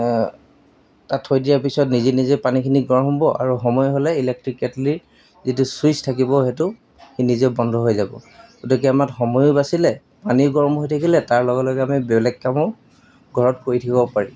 তাত থৈ দিয়াৰ পিছত নিজে নিজে পানীখিনি গৰম হ'ব আৰু সময় হ'লে ইলেক্ট্ৰিক কেটলিৰ যিটো ছুইচ থাকিব সেইটো সি নিজে বন্ধ হৈ যাব গতিকে আমাৰ সময়ো বাচিলে পানীও গৰম হৈ থাকিলে তাৰ লগে লগে আমি বেলেগ কামো ঘৰত কৰি থাকিব পাৰি